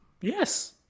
Yes